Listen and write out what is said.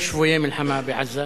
יש שבוי מלחמה בעזה,